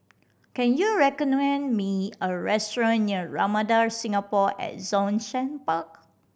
can you recommend me a restaurant near Ramada Singapore at Zhongshan Park